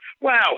Wow